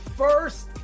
first